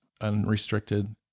unrestricted